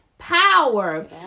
power